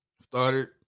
started